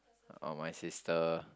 or my sister